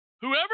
Whoever